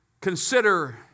Consider